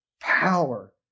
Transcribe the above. power